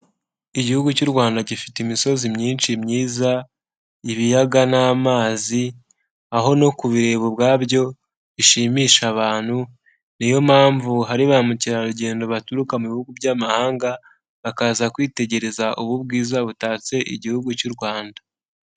Igihugu cy'u Rwanda gifite imisozi myinshi myiza, ibiyaga n'amazi, aho no kubireba ubwabyo bishimisha abantu, niyo mpamvu hari ba mukerarugendo baturuka mu bihugu by'amahanga, bakaza kwitegereza ubu bwiza butatse igihugu cy'u Rwanda.